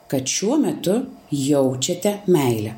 kad šiuo metu jaučiate meilę